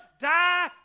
die